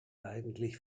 eigentlich